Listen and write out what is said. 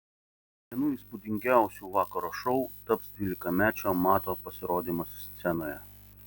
vienu įspūdingiausių vakaro šou taps dvylikamečio mato pasirodymas scenoje